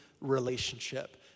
relationship